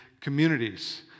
communities